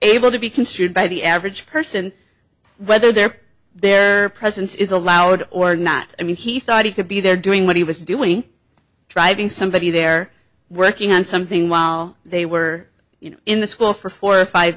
able to be construed by the average person whether their their presence is allowed or not i mean he thought he could be there doing what he was doing driving somebody they're working on something while they were you know in the school for four or five